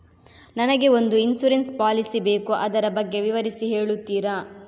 ನನಗೆ ಒಂದು insurance policy ಬೇಕು ಅದರ ಬಗ್ಗೆ ವಿವರಿಸಿ ಹೇಳುತ್ತೀರಾ?